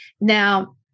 Now